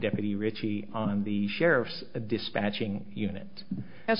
deputy richie on the sheriff's dispatching unit as